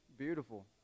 beautiful